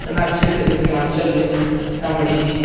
अपना क्षेत्र मिथिलाञ्चलमे सीतामढ़ीमे